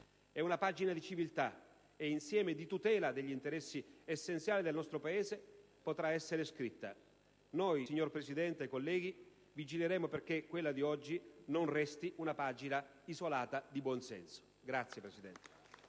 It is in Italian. Una pagina di civiltà e insieme di tutela degli interessi essenziali del nostro Paese potrà essere scritta. Noi, signor Presidente e colleghi, vigileremo perché quella di oggi non resti una pagina isolata di buon senso.